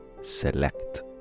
select